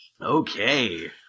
Okay